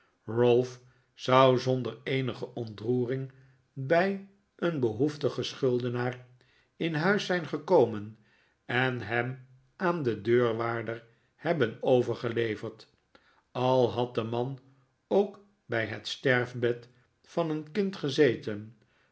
zou zonder eenige ontroering bij een behoefti gen schuldenaar in huis zijn gekomen en hem aan den deurwaarder hebben overgeleverd al had de man ook bij het sterfbed van een kind gezeten